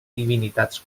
divinitats